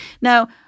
Now